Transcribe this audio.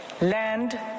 land